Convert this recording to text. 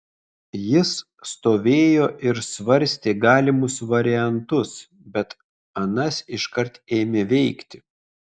jis stovėjo ir svarstė galimus variantus bet anas iškart ėmė veikti